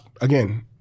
Again